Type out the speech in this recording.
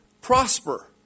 prosper